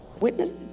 witness